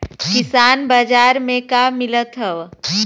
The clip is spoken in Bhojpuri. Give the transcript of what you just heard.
किसान बाजार मे का मिलत हव?